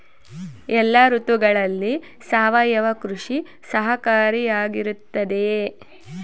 ಎಲ್ಲ ಋತುಗಳಲ್ಲಿ ಸಾವಯವ ಕೃಷಿ ಸಹಕಾರಿಯಾಗಿರುತ್ತದೆಯೇ?